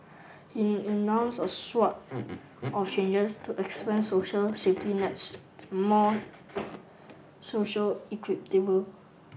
he announced a swathe of changes to expand social safety nets and more social equitable